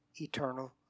eternal